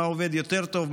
מה עובד יותר טוב,